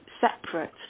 separate